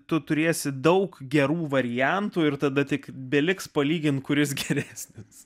tu turėsi daug gerų variantų ir tada tik beliks palyginti kuris geresnis